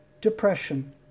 depression